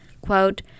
quote